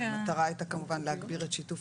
המטרה הייתה כמובן להגביר את שיתוף